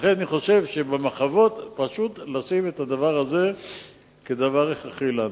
לכן אני חושב שבמחוות צריך לשים את הדבר הזה כדבר הכרחי לנו.